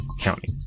county